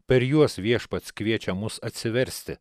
per juos viešpats kviečia mus atsiversti